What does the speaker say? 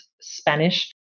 Spanish